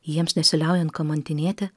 jiems nesiliaujant kamantinėti